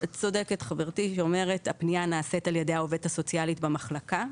צודקת חברתי שאומרת שהפנייה נעשית על ידי העובדת הסוציאלית במחלקה,